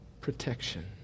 protection